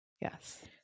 Yes